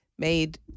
made